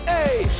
Hey